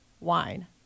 wine